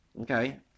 Okay